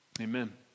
Amen